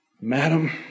Madam